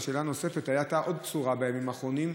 השאלה הנוספת: הייתה עוד בשורה בימים האחרונים,